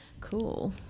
Cool